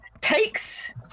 takes